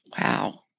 Wow